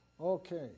Okay